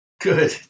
Good